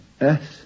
Yes